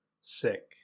sick